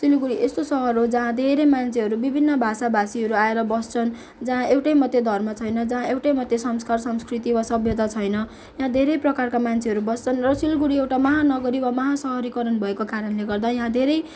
सिलगडी यस्तो सहर हो जहाँ धेरै मान्छेहरू विभिन्न भाषा भाषीहरू आएर बस्छन् जहाँ एउटै मात्रै धर्म छैन जहाँ एउटै मात्र संस्कार संस्कृति वा सभ्यता छैन यहाँ धेरै प्रकारका मान्छेहरू बस्छन र सिलगडी एउटा महानगरी वा महासहरीकरण भएको कारणले गर्दा यहाँ धेरै